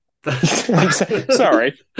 Sorry